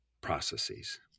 processes